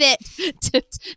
fit